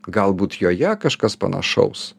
galbūt joje kažkas panašaus